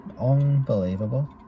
unbelievable